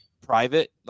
private